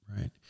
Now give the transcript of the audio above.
right